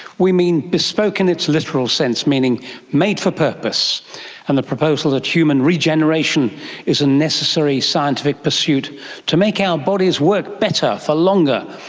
we mean bespoke in its literal sense, meaning made for purpose and the proposal that human regeneration is a necessary scientific pursuit to make our bodies work better for longer,